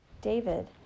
David